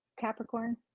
capricorn